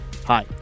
Hi